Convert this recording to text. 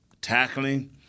tackling